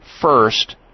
first